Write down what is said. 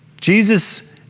Jesus